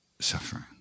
suffering